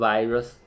Virus